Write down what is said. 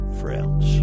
friends